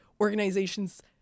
organizations